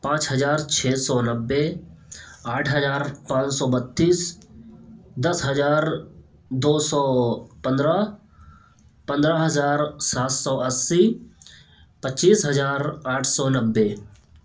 پانچ ہزار چھ سو نبّے آٹھ ہزار پانچ سو بتیس دس ہزار دو سو پندرہ پندرہ ہزار سات سو اسّی پچیس ہزار آٹھ سو نبّے